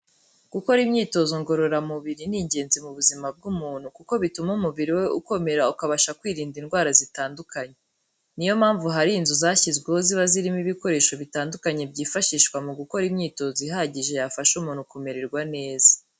Gukora imyitozo ngororamubiri ni ingenzi mu buzima bw'umuntu, kuko bituma umubiri we ukomera ukabasha kwirinda indwara zitandukanye. Ni yo mpamvu hari inzu zashyizweho ziba zirimo ibikoresho bitandukanye byifashishwa mu gukora imyitozo ihagije yafasha umuntu kumererwa neza.